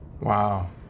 Wow